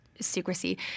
secrecy